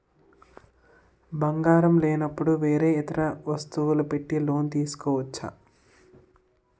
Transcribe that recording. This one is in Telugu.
బంగారం లేనపుడు వేరే ఇతర వస్తువులు పెట్టి లోన్ తీసుకోవచ్చా?